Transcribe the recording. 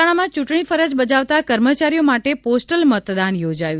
મહેસાણામાં ચૂંટણી ફરજ બજાવતા કર્મચારીઓ માટે પોસ્ટલ મતદાન યોજાયું